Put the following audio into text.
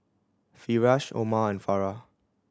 Firash Omar and Farah